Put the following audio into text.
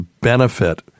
benefit